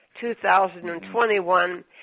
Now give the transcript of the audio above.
2021